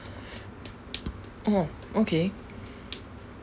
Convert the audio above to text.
oh okay